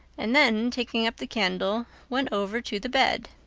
and then, taking up the candle, went over to the bed.